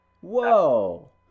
Whoa